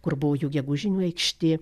kur buvo jų gegužinių aikštė